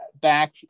back